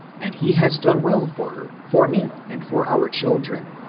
and he has done well for her, for me, and for our children.